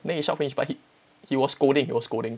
then he shout finish but he he was scolding he was scolding